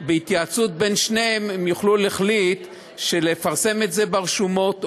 בהתייעצות בין שניהם הם יוכלו להחליט לפרסם את זה ברשומות,